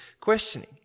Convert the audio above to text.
questioning